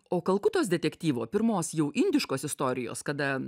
o kalkutos detektyvo pirmos jau indiškos istorijos kada